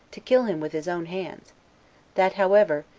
to kill him with his own hands that, however,